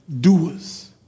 doers